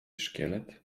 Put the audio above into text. szkielet